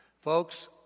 Folks